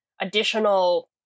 additional